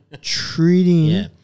Treating